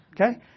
Okay